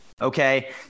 okay